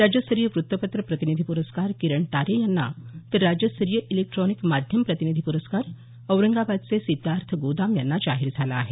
राज्यस्तरीय वृत्तपत्र प्रतिनिधी प्रस्कार किरण तारे यांना तर राज्यस्तरीय इलेक्ट्रॉनिक माध्यम प्रतिनिधी प्रस्कार औरंगाबादचे सिद्धार्थ गोदाम यांना जाहीर झाला आहे